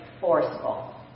forceful